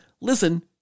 listen